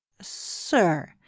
Sir